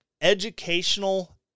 educational